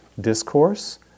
discourse